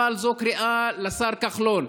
אבל זו קריאה לשר כחלון: